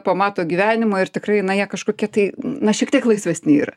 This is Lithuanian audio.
pamato gyvenimo ir tikrai na jie kažkokie tai na šiek tiek laisvesni yra